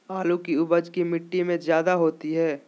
आलु की उपज की मिट्टी में जायदा होती है?